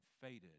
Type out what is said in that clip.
faded